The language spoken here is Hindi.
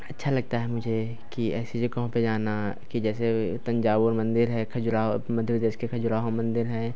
अच्छा लगता है मुझे कि ऐसी जगहों पे जाना कि जैसे तंजाबुर मंदिर है खजुराहो मध्य प्रदेश के खजुराहो मंदिर है